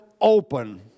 open